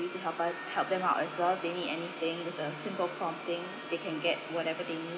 need to help up help them out as well if they need anything with a single prompting they can get whatever they need